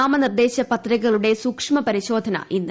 നാമനിർദ്ദേശപത്രികകളുടെ സൂക്ഷ്മപരിശോധന ഇന്ന്